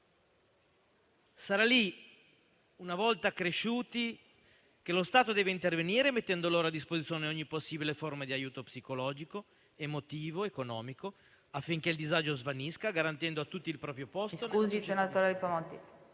Sarà allora, una volta cresciuti, che lo Stato dovrà intervenire, mettendo loro a disposizione ogni possibile forma di aiuto psicologico, emotivo ed economico, affinché il disagio svanisca, garantendo a tutti il proprio posto.